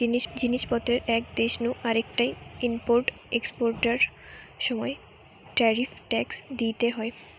জিনিস পত্রের এক দেশ নু আরেকটায় ইম্পোর্ট এক্সপোর্টার সময় ট্যারিফ ট্যাক্স দিইতে হয়